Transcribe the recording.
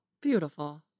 Beautiful